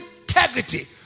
integrity